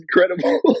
incredible